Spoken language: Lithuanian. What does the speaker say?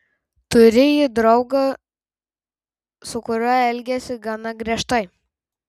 turi ji draugą su kuriuo elgiasi gana griežtai